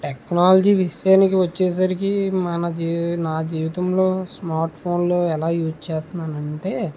technology విషయానికి వచ్చేసరికి మన జీ నా జీవితంలో స్మార్ట్ ఫోన్ లో ఎలా యూజ్ చేస్తున్నానంటే